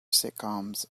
sitcoms